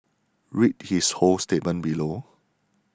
read his whole statement below